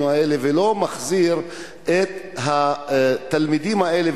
האלה ולא מחזיר את התלמידים האלה,